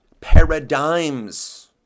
Paradigms